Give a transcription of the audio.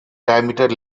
diameter